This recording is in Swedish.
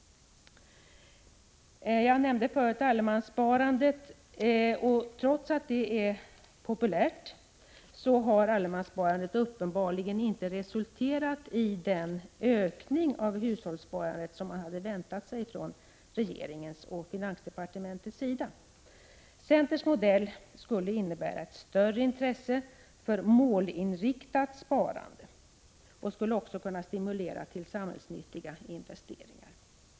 Allemanssparandet har, trots att det är populärt, uppenbarligen inte resulterat i den ökning av hushållssparandet som man hade väntat sig från regeringens och finansdepartementets sida. Centerns modell skulle innebära ett större intresse för målinriktat sparande och skulle också kunna stimulera till samhällsnyttiga investeringar.